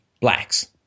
blacks